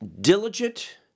diligent